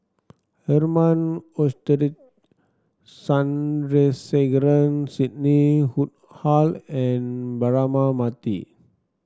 Herman Hochstadt Sandrasegaran Sidney Woodhull and Braema Mathi